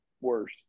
worse